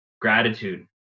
gratitude